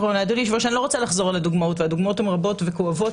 אני לא רוצה לחזור על הדוגמאות, הן רבות וכואבות.